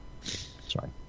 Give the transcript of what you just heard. Sorry